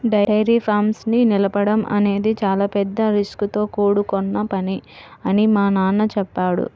dairy farms ని నడపడం అనేది చాలా పెద్ద రిస్కుతో కూడుకొన్న పని అని మా నాన్న చెప్పాడు